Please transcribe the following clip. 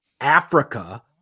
Africa